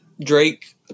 Drake